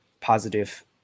positive